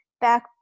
back